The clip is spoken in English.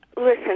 Listen